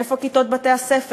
איפה כיתות בתי-הספר,